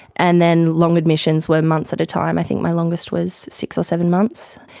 and then long admissions were months at a time i think my longest was six or seven months,